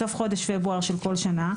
בסוף חודש פברואר של כל שנה,